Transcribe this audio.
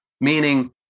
meaning